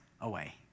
away